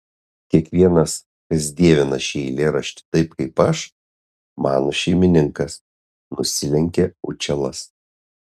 kiekvienas kas dievina šį eilėraštį taip kaip aš mano šeimininkas nusilenkė učelas